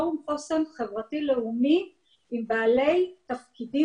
פורום חוסן חברתי לאומי עם בעלי תפקידים